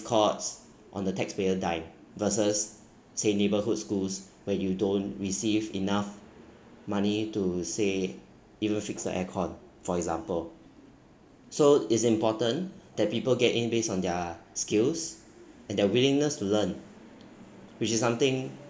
courts on the taxpayer dime versus say neighbourhood schools where you don't receive enough money to say even fix the air-con for example so it's important that people get in based on their skills and their willingness to learn which is something